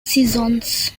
seasons